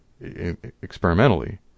experimentally